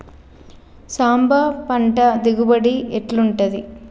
సాంబ పంట దిగుబడి ఎట్లుంటది?